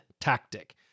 tactic